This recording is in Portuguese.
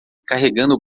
carregando